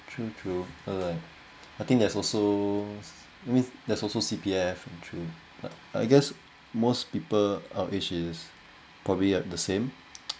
true true so like I think there's also I mean there's also C_P_F true but I guess most people our age is probably have the same